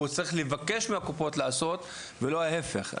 הוא צריך לבקש מהקופות לעשות ולא ההיפך.